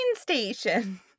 station